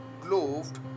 gloved